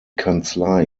kanzlei